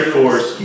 Force